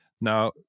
Now